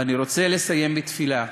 ואני רוצה לסיים בתפילה: